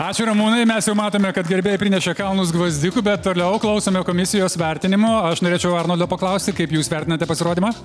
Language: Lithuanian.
ačiū ramūnai mes jau matome kad garbėjai prinešė kalnus gvazdikų bet toliau klausome komisijos vertinimo aš norėčiau arnoldo paklausti kaip jūs vertinate pasirodymą